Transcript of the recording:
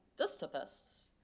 dystopists